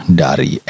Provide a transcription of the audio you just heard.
dari